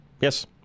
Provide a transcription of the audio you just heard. Yes